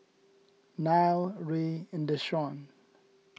Nile Rey and Deshawn